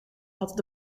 had